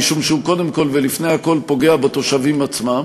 משום שהוא קודם כול ולפני הכול פוגע בתושבים עצמם,